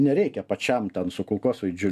nereikia pačiam ten su kulkosvaidžiu